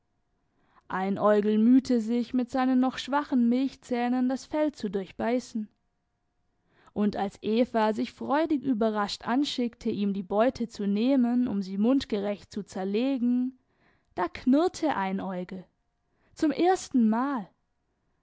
korb einäugel mühte sich mit seinen noch schwachen milchzähnen das fell zu durchbeißen und als eva sich freudig überrascht anschickte ihm die beute zu nehmen um sie mundgerecht zu zerlegen da knurrte einäugel zum ersten